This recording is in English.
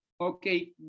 okay